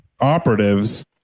operatives